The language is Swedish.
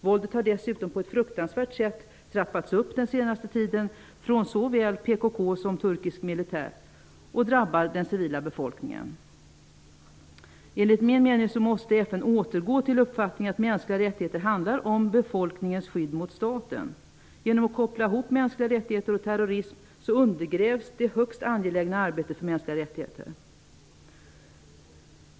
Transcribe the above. Våldet har dessutom på ett fruktansvärt sätt trappats upp under den senaste tiden från såväl PKK som turkisk militär, vilket drabbar den civila befolkningen. Enligt min mening måste FN återgå till uppfattningen att mänskliga rättigheter handlar om befolkningens skydd mot staten. Genom att koppla ihop mänskliga rättigheter och terrorism undergrävs det högst angelägna arbetet för mänskliga rättigheter.